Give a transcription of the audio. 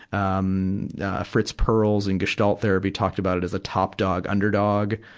um fritz perls in gestalt therapy talked about it as a topdog underdog.